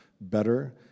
better